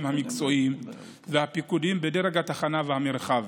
המקצועיים והפיקודיים בדרג התחנה והמרחב.